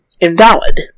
invalid